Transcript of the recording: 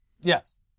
Yes